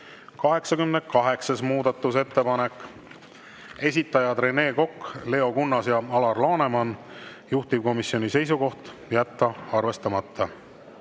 86. muudatusettepanek, esitajad Rene Kokk, Leo Kunnas ja Alar Laneman. Juhtivkomisjoni seisukoht: jätta arvestamata.